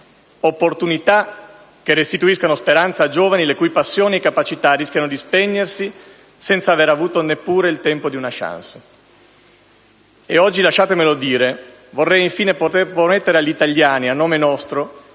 opportunità che restituiscano speranza a giovani le cui passioni e capacità rischiano di spegnersi senza aver avuto neppure il tempo di una *chance*. E oggi - lasciatemelo dire - vorrei infine poter promettere agli italiani, a nome nostro,